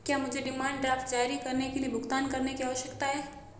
क्या मुझे demand draft जारी करने के लिए भुगतान करने की आवश्यकता है?